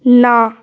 ਨਾ